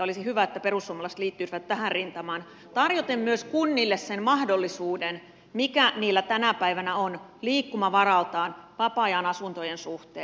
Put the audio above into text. olisi hyvä että perussuomalaiset liittyisivät tähän rintamaan tarjoten myös kunnille sen mahdollisuuden mikä niillä tänä päivänä on liikkumavaraltaan vapaa ajanasuntojen suhteen